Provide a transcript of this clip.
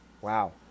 wow